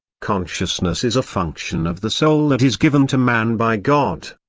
consciousness is a function of the soul that is given to man by god.